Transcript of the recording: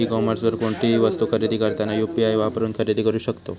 E कॉमर्सवर कोणतीही वस्तू खरेदी करताना यू.पी.आई वापरून खरेदी करू शकतत